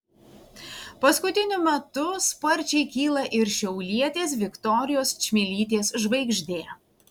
paskutiniu metu sparčiai kyla ir šiaulietės viktorijos čmilytės žvaigždė